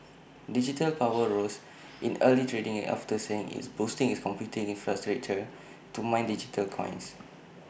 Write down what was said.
digital power rose in early trading after saying it's boosting its computing infrastructure to mine digital coins